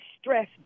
stress